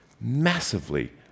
Massively